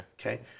Okay